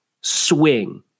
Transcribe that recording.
swing